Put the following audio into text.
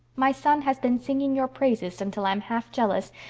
my son has been singing your praises until i'm half jealous,